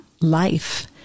life